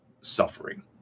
suffering